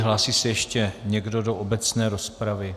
Hlásí se ještě někdo do obecné rozpravy?